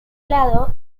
lado